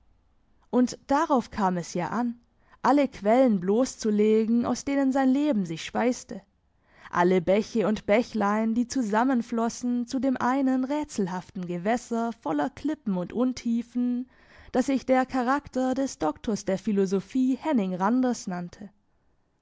und darauf kam es ja an alle quellen bloss zu legen aus denen sein leben sich speiste alle bäche und bächlein die zusammenflossen zu dem einen rätselhaften gewässer voller klippen und untiefen das sich der charakter des doktors der philosophie henning randers nannte